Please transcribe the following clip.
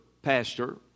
Pastor